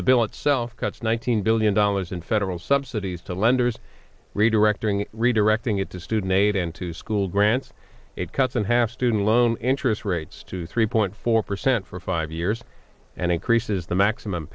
the bill itself cuts one thousand billion dollars in federal subsidies to lenders redirecting redirecting it to student aid and to school grants it cuts in half student loan interest rates to three point four percent for five years and increases the maximum